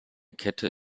kette